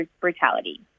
brutality